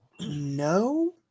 no